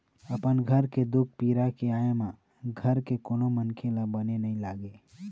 अपन घर के दुख पीरा के आय म घर के कोनो मनखे ल बने नइ लागे